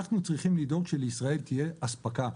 אנחנו צריכים לדאוג שלישראל תהיה אספקה,